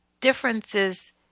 differences